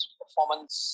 performance